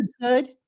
good